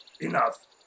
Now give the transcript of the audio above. Enough